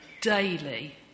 daily